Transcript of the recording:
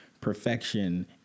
Perfection